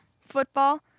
football